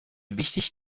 wichtig